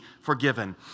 forgiven